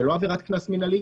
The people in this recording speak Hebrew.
זה לא עבירת קנס מנהלי,